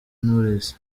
knowless